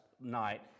night